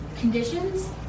conditions